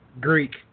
Greek